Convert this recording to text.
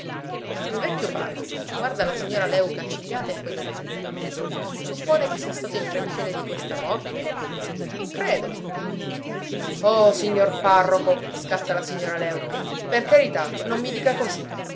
il vecchio parroco guarda la signora léuca accigliata e poi domanda suppone che sia stato in previsione di questa morte non credo oh signor parroco scatta la signora léuca per carità non mi dica così